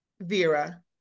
Vera